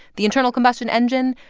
the internal combustion engine,